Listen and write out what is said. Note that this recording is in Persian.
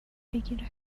بگیره